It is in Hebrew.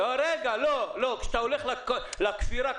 כשאתה הולך לכפירה,